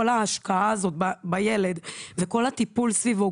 כל ההשקעה הזאת בילד וכל הטיפול סביבו,